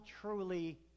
truly